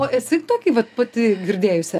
o esi tokį vat pati girdėjusi